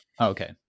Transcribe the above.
Okay